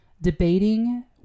debating